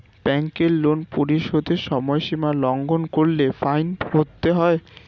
ব্যাংকের লোন পরিশোধের সময়সীমা লঙ্ঘন করলে ফাইন ভরতে হয়